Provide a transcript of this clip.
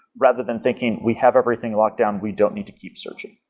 rather than thinking, we have everything locked down. we don't need to keep searching.